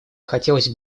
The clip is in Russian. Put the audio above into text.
хотелось